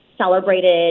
celebrated